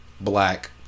black